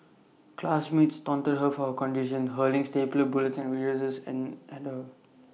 classmates taunted her for her condition hurling stapler bullets and eraser ends at her